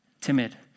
timid